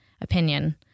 opinion